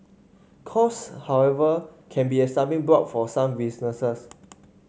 cost however can be a stumbling block for some businesses